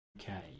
Okay